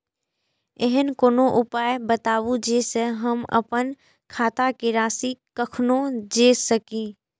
ऐहन कोनो उपाय बताबु जै से हम आपन खाता के राशी कखनो जै सकी?